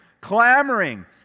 clamoring